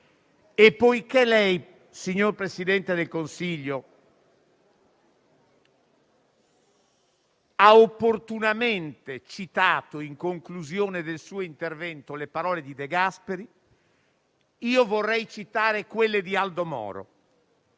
E poiché lei, signor Presidente del Consiglio, ha opportunamente citato, in conclusione del suo intervento, le parole di De Gasperi, io vorrei citare quelle di Aldo Moro: